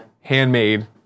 Handmade